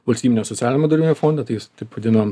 valstybinio socialinio draudimo fonde tai jis taip vadinamam